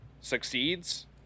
succeeds